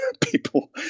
people